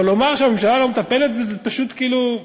אבל לומר שהממשלה לא מטפלת, זה פשוט כאילו,